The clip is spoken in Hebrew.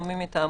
או מי מטעמו,